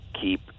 keep